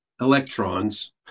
electrons